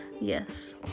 Yes